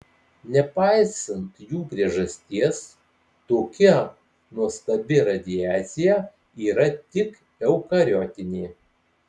nepaisant jų priežasties tokia nuostabi radiacija yra tik eukariotinė